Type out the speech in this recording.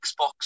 Xbox